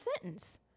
sentence